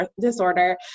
disorder